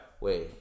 Wait